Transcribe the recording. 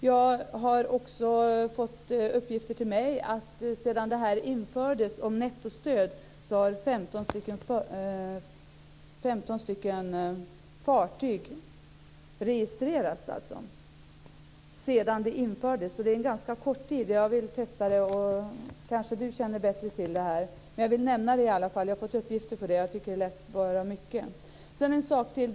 Jag har också fått uppgifter om att sedan nettostödet infördes har 15 stycken fartyg registrerats, alltså sedan stödet infördes. Det är en ganska kort tid. Kanske Claes-Göran Brandin känner till det här bättre. Jag ville nämna det i alla fall. Jag har fått uppgifter om detta. Jag tyckte att det lät mycket. En sak till.